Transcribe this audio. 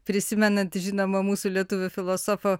prisimenant žinomo mūsų lietuvių filosofo